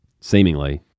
seemingly